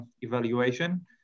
evaluation